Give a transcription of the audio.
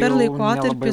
per laikotarpį